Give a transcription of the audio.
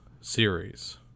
series